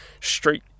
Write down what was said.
straight